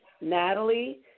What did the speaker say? Natalie